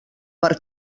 per